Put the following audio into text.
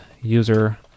user